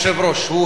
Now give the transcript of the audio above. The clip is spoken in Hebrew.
אדוני היושב-ראש,